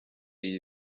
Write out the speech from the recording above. iyi